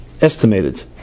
estimated